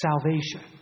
salvation